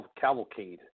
cavalcade